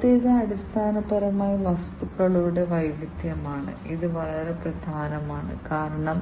അതിനാൽ ഈ പ്രോസസ്സിംഗ് എല്ലാം നടക്കുന്ന ഒന്നാണ് പ്രോസസ്സർ ഈ എല്ലാ കണക്കുകൂട്ടലുകളും